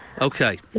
okay